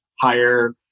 higher